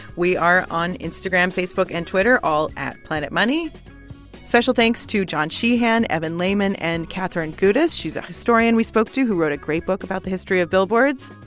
we are on instagram, facebook and twitter, all at planetmoney. special thanks to john sheehan, evan lehmann and catherine gudis. she's a historian we spoke to who wrote a great book about the history of billboards.